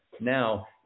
Now